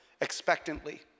Expectantly